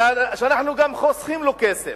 שאנחנו גם חוסכים לו כסף,